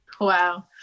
Wow